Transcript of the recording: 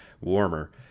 warmer